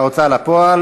סמכויות הוועדה,